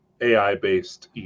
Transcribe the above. AI-based